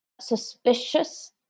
suspicious